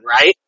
right